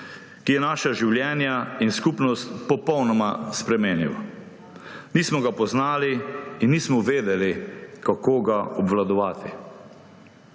ki je naša življenja in skupnost popolnoma spremenil. Nismo ga poznali in nismo vedeli, kako ga obvladovati.